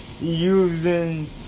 using